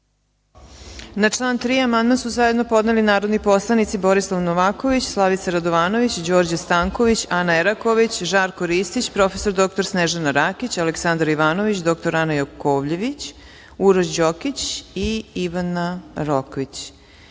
Na član 3. amandman su zajedno podneli narodni poslanici Borislav Novaković, Slavica Radovanović, Đorđe Stanković, Ana Eraković, Žarko Ristić, prof. dr Snežana Rakić, Aleksandar Ivanović, dr Ana Jakovljević, Uroš Đokić i Ivana Rokvić. Po